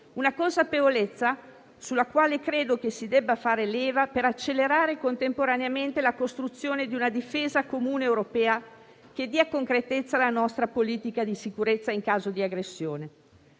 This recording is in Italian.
una consapevolezza sulla quale credo che si debba fare leva per accelerare contemporaneamente la costruzione di una difesa comune europea che dia concretezza alla nostra politica di sicurezza in caso di aggressione.